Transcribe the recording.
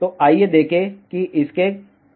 तो आइए देखें कि इसके कारण क्या हैं